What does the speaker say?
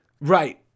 Right